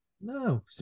No